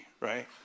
right